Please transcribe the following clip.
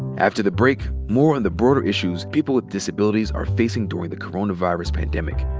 after the break, more on the broader issues people with disabilities are facing during the coronavirus pandemic.